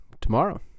tomorrow